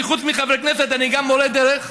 כי חוץ מלהיות חבר כנסת אני גם מורה דרך,